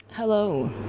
Hello